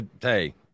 Hey